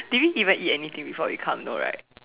did we even eat anything before we come no right